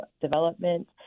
Development